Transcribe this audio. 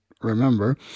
remember